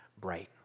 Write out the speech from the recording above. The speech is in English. bright